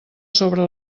sobre